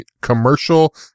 commercial